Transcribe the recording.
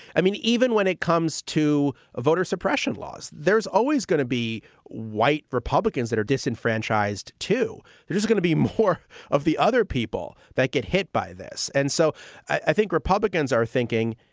i mean, even when it comes to a voter suppression laws, there's always going to be white republicans that are disenfranchised, too. there is going to be more of the other people that get hit by this. and so i think republicans are thinking,